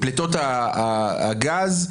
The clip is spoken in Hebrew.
לפליטות הגז.